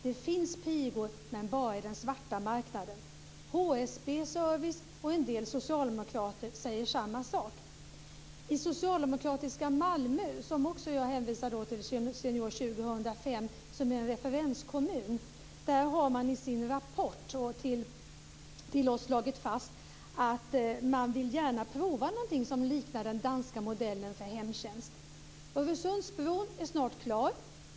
Det finns pigor, men bara i den svarta marknaden. HSB Service och en del socialdemokrater säger samma sak. I socialdemokratiska Malmö, som det också hänvisas till i Senior 2005 som en referenskommun, har man i sin rapport till oss slagit fast att man gärna vill prova något som liknar den danska modellen för hemtjänst. Öresundsbron är snart klar.